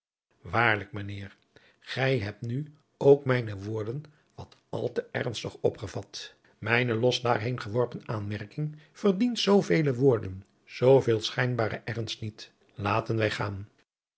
mijn heer gij hebt nu ook mijne woorden wat al te ernstig opgevat mijne los daar heen geworpen aanmerking verdient zoovele woorden zooveel schijnbaren ernst niet laten